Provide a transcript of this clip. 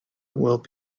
will